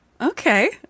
Okay